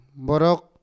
borok